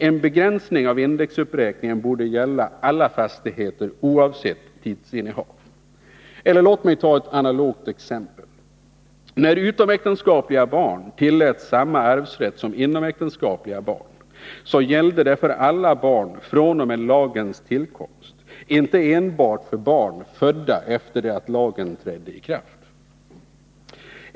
En begränsning av indexuppräkningen borde gälla alla fastigheter oavsett tidsinnehav. Låt mig ta ett analogt exempel. När utomäktenskapliga barn tilläts samma arvsrätt som inomäktenskapliga barn, så gällde det för alla barn fr.o.m. lagens tillkomst och inte enbart för barn födda efter det att lagen trädde i kraft.